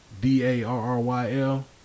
D-A-R-R-Y-L